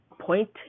point